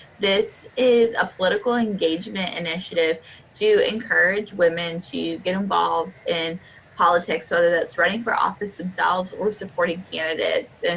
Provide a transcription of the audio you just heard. this is a political engagement initiative to encourage women to get involved in politics, whether that's running for office themselves or supporting candidates.